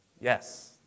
Yes